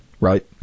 Right